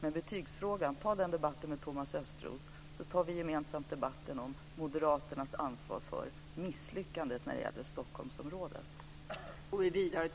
Men i betygsfrågan vill jag säga: Ta den debatten med Thomas Östros, så tar vi gemensamt debatten om Moderaternas ansvar för misslyckandet när det gäller Stockholmsområdet.